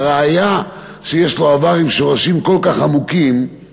הראיה שיש לו עבר עם שורשים כל כך עמוקים היא